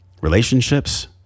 relationships